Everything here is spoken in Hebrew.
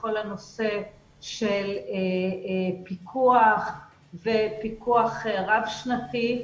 בכל הנושא של פיקוח ופיקוח רב-שנתי.